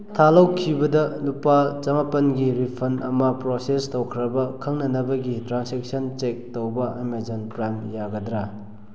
ꯊꯥ ꯂꯧꯈꯤꯕꯗ ꯂꯨꯄꯥ ꯆꯃꯥꯄꯜꯒꯤ ꯔꯤꯐꯟ ꯑꯃ ꯄ꯭ꯔꯣꯁꯦꯁ ꯇꯧꯈ꯭ꯔꯕ ꯈꯪꯅꯅꯕꯒꯤ ꯇ꯭ꯔꯥꯟꯁꯦꯛꯁꯟ ꯆꯦꯛ ꯇꯧꯕ ꯑꯃꯦꯖꯣꯟ ꯄ꯭ꯔꯥꯏꯝ ꯌꯥꯒꯗ꯭ꯔꯥ